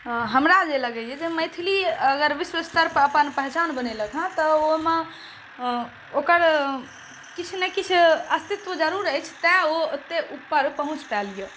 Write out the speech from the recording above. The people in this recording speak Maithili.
हमरा जे लगैया जे मैथिली अगर विश्वस्तर पर अपन पहचान बनेलक हँ तऽ ओहिमे ओकर किछु ने किछु अस्तित्व जरूर अछि तैं ओ एत्ते ऊपर पहुँच पायल यऽ